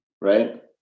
right